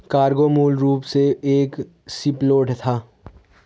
cargo मूल रूप से एक शिपलोड था